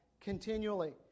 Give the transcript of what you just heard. continually